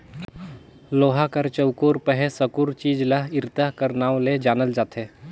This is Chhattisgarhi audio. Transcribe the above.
लोहा कर चउकोर पहे साकुर चीज ल इरता कर नाव ले जानल जाथे